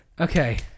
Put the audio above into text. Okay